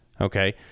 Okay